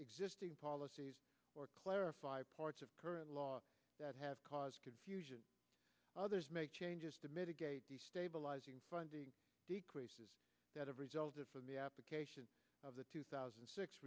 existing policies or clarified parts of current law that have caused confusion others make changes to mitigate the stabilising funding decreases that have resulted from the application of the two thousand and six